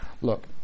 Look